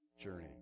journey